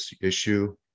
issue